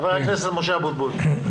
חבר הכנסת משה אבוטבול, בבקשה.